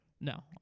No